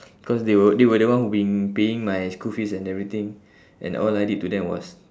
cause they were they were the one who been paying my school fees and everything and all I did to them was